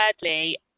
Thirdly